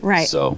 Right